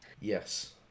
Yes